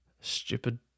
stupid